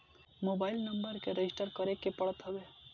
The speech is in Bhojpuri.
मोबाइल नंबर के रजिस्टर करे के पड़त हवे